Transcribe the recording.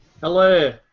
Hello